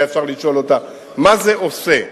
והיה אפשר לשאול אותה מה זה עושה.